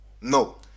No